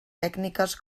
tècniques